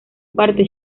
parte